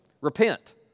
Repent